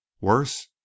Worse